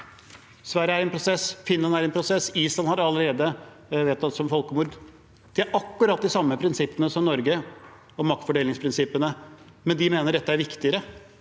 Sverige er i en prosess. Finland er i en prosess. Island har allerede vedtatt det som folkemord. De har akkurat de samme prinsippene og maktfordelingsprinsippet som Norge, men de mener dette er viktigere.